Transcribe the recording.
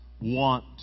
want